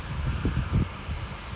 but okay lah technically